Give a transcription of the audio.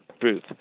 booth